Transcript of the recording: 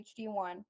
hd1